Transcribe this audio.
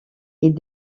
ils